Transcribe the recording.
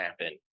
happen